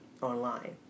online